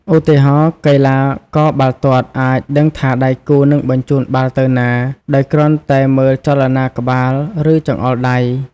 ឧទាហរណ៍ កីឡាករបាល់ទាត់អាចដឹងថាដៃគូនឹងបញ្ជូនបាល់ទៅណា ដោយគ្រាន់តែមើលចលនាក្បាល ឬចង្អុលដៃ។